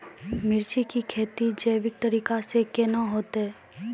मिर्ची की खेती जैविक तरीका से के ना होते?